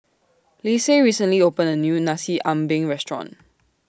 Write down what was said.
Lise recently opened A New Nasi Ambeng Restaurant